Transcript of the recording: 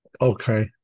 Okay